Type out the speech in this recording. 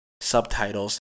subtitles